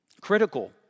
critical